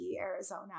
Arizona